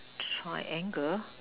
triangle